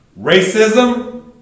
racism